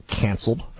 canceled